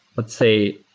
let's say,